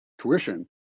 tuition